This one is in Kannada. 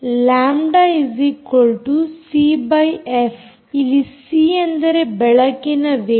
ಲ್ಯಾಂಬ್ದಸಿಎಫ್ ಇಲ್ಲಿ ಸಿ ಅಂದರೆ ಬೆಳಕಿನ ವೇಗ